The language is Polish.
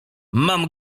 mam